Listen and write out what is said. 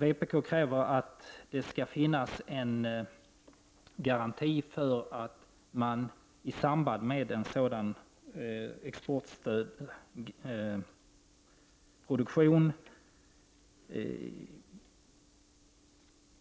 Vpk kräver att det skall finnas en garanti för att man i samband med sådan exportkreditstödd produktion